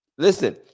Listen